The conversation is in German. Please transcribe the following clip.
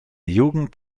jugend